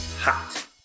hot